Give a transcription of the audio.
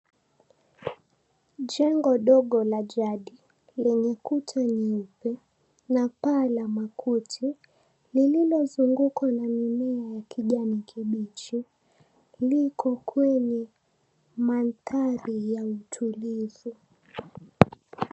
Jengo dogo la jadi lenye kuta nyeupe na paa la makuti, lililozungukwa na mimea ya kijani kibichi liko kwenye mandhari ya utulivu.